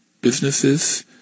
businesses